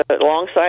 alongside